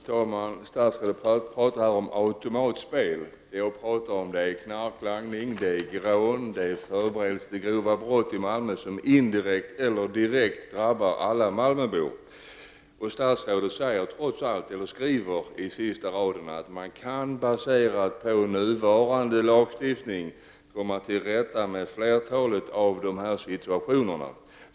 Herr talman! Statsrådet talar om automatspel. Jag talar om knarklangning, rån och förberedelse till grova brott i Malmö som indirekt eller direkt drabbar alla malmöbor. Statsrådet skriver trots allt på slutet i svaret att man med nuvarande lagstiftning kan komma till rätta med flertalet av dessa situationer.